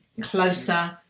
closer